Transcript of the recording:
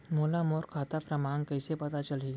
मोला मोर खाता क्रमाँक कइसे पता चलही?